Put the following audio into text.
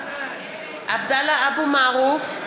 (קוראת בשמות חברי הכנסת) עבדאללה אבו מערוף,